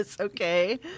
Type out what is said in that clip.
Okay